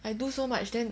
I do so much then